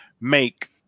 make